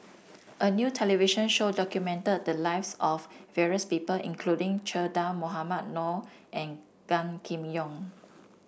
a new television show documented the lives of various people including Che Dah Mohamed Noor and Gan Kim Yong